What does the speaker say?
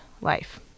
life